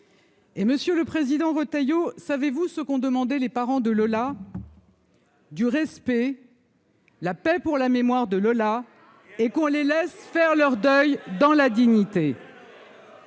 Et Monsieur le Président, Retailleau, savez-vous ce qu'ont demandé les parents de Lola du respect. La paix pour la mémoire de Lola et qu'on les laisse faire leur deuil dans la dignité.